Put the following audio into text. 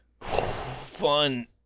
Fun